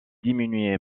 diminué